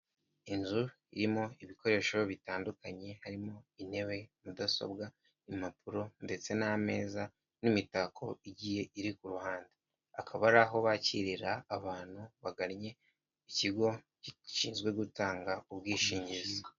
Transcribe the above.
Inzu irimo ibikoresho bitandukanye harimo intebe, mudasobwa, impapuro ndetse n'ameza n'imitako igiye iri ku ruhande. Hakaba ari aho bakirira abantu bagannye ikigo gishinzwe gutanga ubwishingizi.